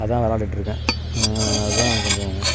அதான் விளாண்டுட்டு இருக்கேன் அதான் எனக்கு கொஞ்சம்